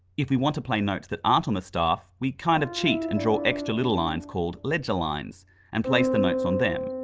if we want to play notes that aren't on the staff, we kind of cheat and draw extra little lines called ledger lines and place the notes on them.